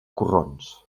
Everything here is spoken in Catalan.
corrons